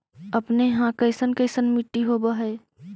अपने यहाँ कैसन कैसन मिट्टी होब है?